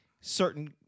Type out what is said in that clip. certain